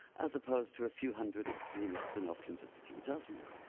as apposed to a few hundred extremists and often just a few dozen.